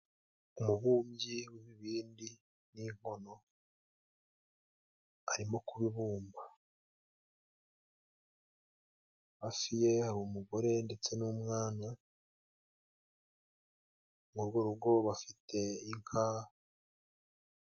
Umubumbyi w'ibindi n'inkono arimo kubumba hafi ye hari umugore ndetse n'umwana, muri urwo rugo bafite inka.